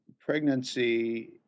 Pregnancy